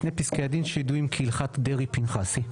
שני פסקי הדין שידועים כהלכת דרעי-פנחסי.